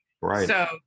Right